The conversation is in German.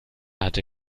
hatte